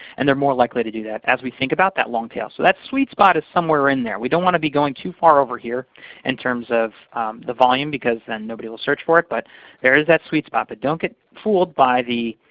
and they're more likely to do that, as we think about that long tail. so that sweet spot is somewhere in there. we don't want to be going too far over here in terms of the volume because then nobody will search for it. but there is that sweet spot. but don't get fooled by these